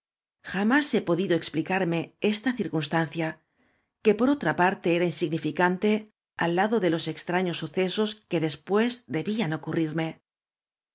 jamás he podido expilcarme esta circunstancia que por otra parte era iasígaiñcante ai lado de ios extraños suce sos que después debían ocurrirrae